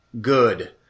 good